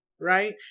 right